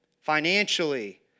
financially